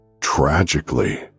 Tragically